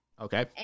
Okay